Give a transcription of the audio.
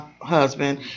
husband